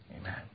amen